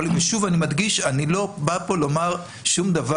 שוב אני מדגיש שאני לא בא כאן לומר שום דבר